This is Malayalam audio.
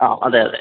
ആ അതെ അതെ